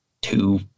two